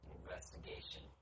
investigation